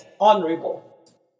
honorable